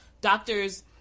doctors –